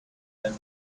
and